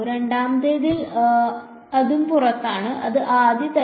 രണ്ടാമത്തേതിൽ അതും പുറത്താണ് അത് ആദ്യതരം